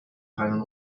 keinen